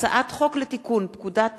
הצעת חוק לתיקון פקודת